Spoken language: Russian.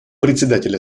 председатель